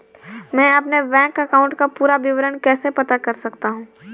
मैं अपने bank account का पूरा विवरण कैसे पता कर सकता हूँ?